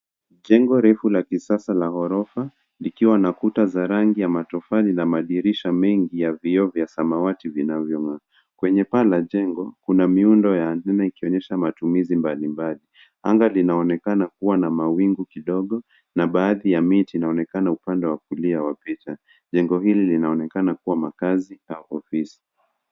Jengo refu la kisasa la ghorofa likiwa na kuta za rangi ya matofali na madirisha mengi ya vioo vya samawati vinavyong'aa. Kwenye paa la jengokuna miundo ya nyumba ikionyesha matumizi mbalimbali. Anga linaonekana likiwa na mawingu kidogo na baadhi ya miti inaonekana upande wa kulia wa picha. Jengo hili linaonekana kuwa makazi au ofisi.